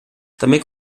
també